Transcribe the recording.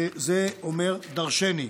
וזה אומר דרשני.